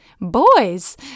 boys